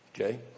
Okay